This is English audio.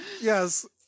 Yes